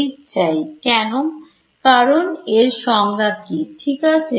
H চাই কেন কারণ এর সংজ্ঞা কি ঠিক আছে